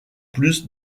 plus